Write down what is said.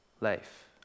life